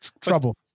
trouble